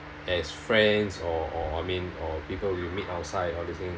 as friends or or I mean or people we meet outside all these things